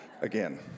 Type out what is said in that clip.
again